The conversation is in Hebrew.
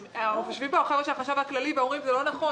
יושבים פה חבר'ה של החשב הכללי ואומרים שזה לא נכון.